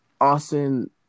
Austin